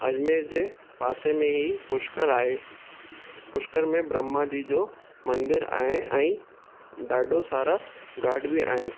अजमेर जे पासे में ई पुष्कर आहे पुष्कर में ब्रह्मा जी जो मंदरु आहे ऐं ॾाढो सारा गार्ड बि आहिनि